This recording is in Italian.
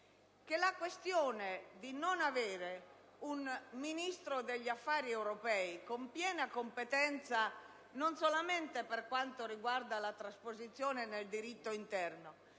che la questione di non avere un Ministro degli affari europei con piena competenza, non soltanto per quanto riguarda la trasposizione nel diritto interno